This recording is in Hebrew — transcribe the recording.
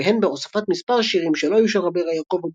והן בהוספת מספר שירים שלא היו של רבי יעקב אבוחצירא,